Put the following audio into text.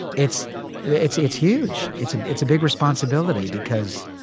it's it's it's huge. it's it's a big responsibility because.